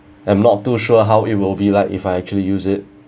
I'm not too sure how it will be like if I actually use it